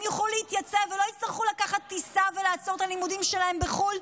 הם יוכלו להתייצב ולא יצטרכו לקחת טיסה ולעצור את הלימודים שלהם בחו"ל,